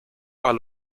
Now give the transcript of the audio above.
are